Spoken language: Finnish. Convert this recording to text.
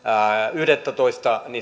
yhdettätoista